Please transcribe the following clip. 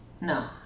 no